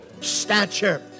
stature